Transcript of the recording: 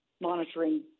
monitoring